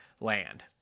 land